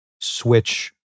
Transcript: switch